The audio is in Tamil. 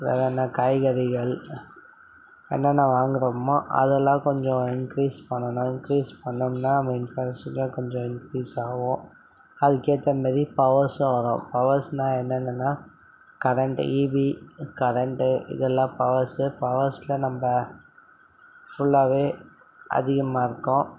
வேற என்ன காய்கறிகள் என்னென்ன வாங்குகிறோமோ அதெல்லாம் கொஞ்சம் இன்க்ரீஸ் பண்ணணும் இன்க்ரீஸ் பண்ணோம்னா நம்ம இன்ஃப்ராஸ்ட்ரச்சரில் கொஞ்சம் இன்க்ரீஸ் ஆகும் அதுக்கேற்ற மாரி பவர்ஸ்லாம் வரும் பவர்ஸ்னா என்னென்னனா கரெண்ட்டு ஈபி கரெண்ட்டு இதெல்லாம் பவர்ஸு பவர்ஸில் நம்ம ஃபுல்லாகவே அதிகமா இருக்கோம்